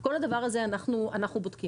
את כל הדבר הזה אנחנו בודקים.